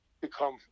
become